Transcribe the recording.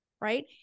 Right